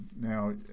Now